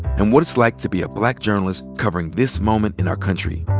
and what it's like to be a black journalist covering this moment in our country.